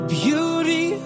beauty